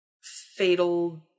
fatal